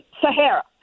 Sahara